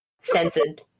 censored